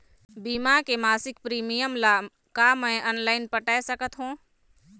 बीमा के मासिक प्रीमियम ला का मैं ऑनलाइन पटाए सकत हो?